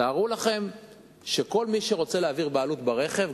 תארו לכם שכל מי שרוצה להעביר בעלות ברכב,